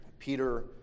Peter